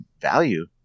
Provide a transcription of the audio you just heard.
value